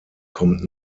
kommt